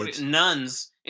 nuns